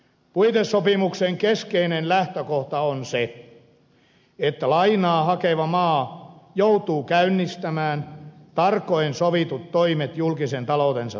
puitesopimuksen keskeinen lähtökohta on se että lainaa hakeva maa joutuu käynnistämään tarkoin sovitut toimet julkisen taloutensa tasapainottamiseksi